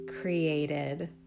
created